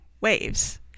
waves